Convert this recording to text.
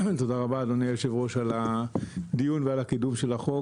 תודה, אדוני היושב-ראש, על הדיון וקידום החוק.